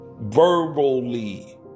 verbally